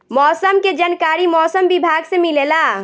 मौसम के जानकारी मौसम विभाग से मिलेला?